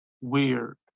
weird